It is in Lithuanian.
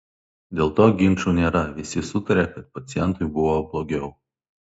dėl to ginčų nėra visi sutaria kad pacientui buvo blogiau